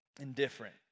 indifferent